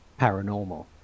paranormal